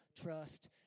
trust